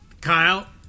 Kyle